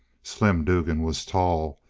slim dugan was tall,